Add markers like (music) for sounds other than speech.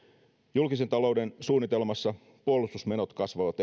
julkisen talouden suunnitelmassa puolustusmenot kasvavat (unintelligible)